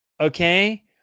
Okay